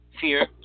fear